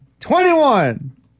Twenty-one